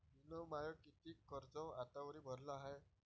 मिन माय कितीक कर्ज आतावरी भरलं हाय?